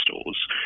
stores